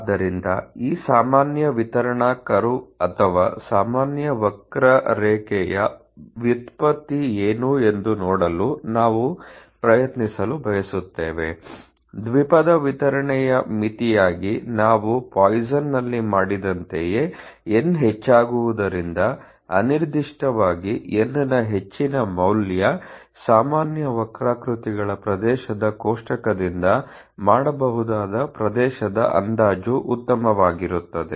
ಆದ್ದರಿಂದ ಈ ಸಾಮಾನ್ಯ ವಿತರಣಾ ಕರ್ವ್ ಅಥವಾ ಸಾಮಾನ್ಯ ವಕ್ರರೇಖೆಯ ವ್ಯುತ್ಪತ್ತಿ ಏನು ಎಂದು ನೋಡಲು ನಾವು ಪ್ರಯತ್ನಿಸಲು ಬಯಸುತ್ತೇವೆ ದ್ವಿಪದ ವಿತರಣೆಯ ಮಿತಿಯಾಗಿ ನಾವು ಪಾಯ್ಸನ್ನಲ್ಲಿ ಮಾಡಿದಂತೆಯೇ n ಹೆಚ್ಚಾಗುವುದರಿಂದ ಅನಿರ್ದಿಷ್ಟವಾಗಿ n ನ ಹೆಚ್ಚಿನ ಮೌಲ್ಯ ಸಾಮಾನ್ಯ ವಕ್ರಾಕೃತಿಗಳ ಪ್ರದೇಶದ ಕೋಷ್ಟಕದಿಂದ ಮಾಡಬಹುದಾದ ಪ್ರದೇಶದ ಅಂದಾಜು ಉತ್ತಮವಾಗಿರುತ್ತದೆ